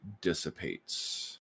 dissipates